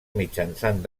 mitjançant